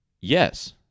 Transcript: Yes